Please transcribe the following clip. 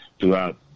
throughout